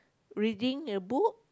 reading a book